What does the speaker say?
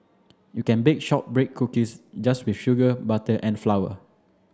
you can bake shortbread cookies just with sugar butter and flower